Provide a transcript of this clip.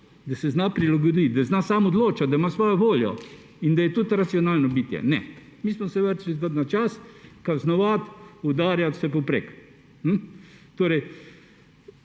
da se zna prilagoditi, da zna sam odločati, da ima svojo voljo in da je tudi racionalno bitje. Ne! Mi smo se vrnili na čas: kaznovati, udarjati vsepovprek.